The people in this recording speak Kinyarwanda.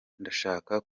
ndashaka